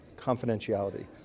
confidentiality